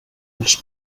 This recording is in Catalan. els